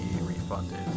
refunded